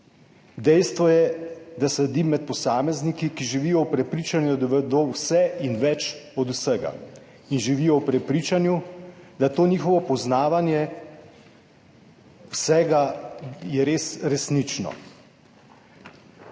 Dejstvo je, da sedim med posamezniki, ki živijo v prepričanju, da vedo vse in več od vsega in živijo v prepričanju, da je to njihovo poznavanje vsega resnično.